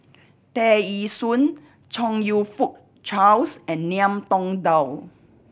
Tear Ee Soon Chong You Fook Charles and Ngiam Tong Dow